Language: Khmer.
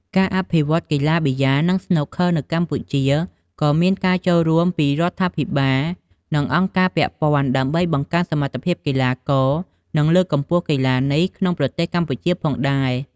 ការអភិវឌ្ឍន៍កីឡាប៊ីយ៉ា និងស្នូកឃ័រនៅកម្ពុជាក៏មានការចូលរួមពីរដ្ឋាភិបាល និងអង្គការពាក់ព័ន្ធ ដើម្បីបង្កើនសមត្ថភាពកីឡាករ និងលើកកម្ពស់កីឡានេះក្នុងប្រទេសកម្ពុជាផងដែរ។